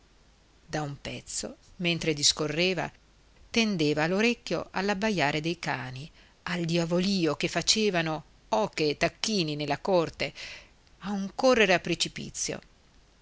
da un pezzo mentre discorreva tendeva l'orecchio all'abbaiare dei cani al diavolìo che facevano oche e tacchini nella corte a un correre a precipizio